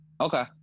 Okay